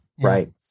Right